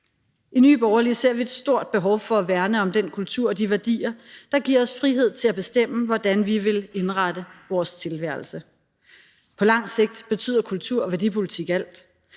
I Nye Borgerlige ser vi et stort behov for at værne om den kultur og de værdier, der giver os frihed til at bestemme, hvordan vi vil indrette vores tilværelse. På lang sigt betyder kultur- og værdipolitik alt.